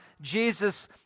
Jesus